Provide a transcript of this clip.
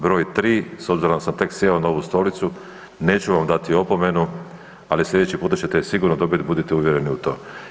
Broj 3, s obzirom da sam tek sjeo na ovu stolicu, neću vam dati opomenu ali slijedeći puta ćete je sigurno dobiti, budite uvjereni u to.